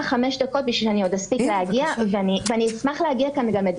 אני אשמח לעצור כאן.